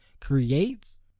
creates